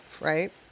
right